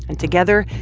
and together,